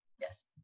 Yes